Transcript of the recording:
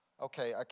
Okay